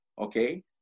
okay